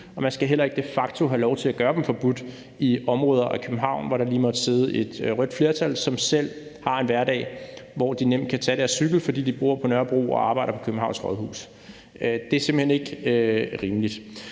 og man skal heller ikke de facto have lov til at gøre dem forbudt i områder af København, hvor der lige måtte sidde et rødt flertal, som selv har en hverdag, hvor de nemt kan tage deres cykel, fordi de bor på Nørrebro og arbejder på Københavns Rådhus. Det er simpelt hen ikke rimeligt.